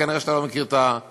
כנראה אתה לא מכיר את המציאות,